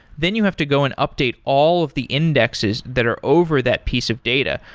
then you have to go and update all of the indexes that are over that piece of data.